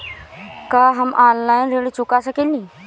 का हम ऑनलाइन ऋण चुका सके ली?